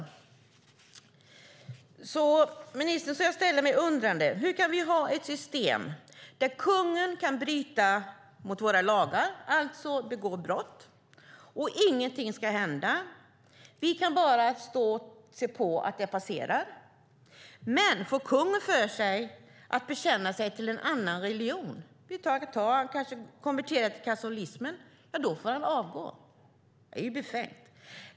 Jag ställer mig alltså undrande, justitieministern, till hur vi kan ha ett system där kungen kan bryta mot våra lagar, alltså begå brott, och ingenting ska hända. Vi kan bara stå och se på. Men får kungen för sig att bekänna sig till en annan religion eller kanske konvertera till katolicismen, ja, då får han avgå. Det är befängt.